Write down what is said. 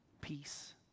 peace